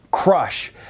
Crush